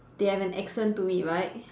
they have an accent to it right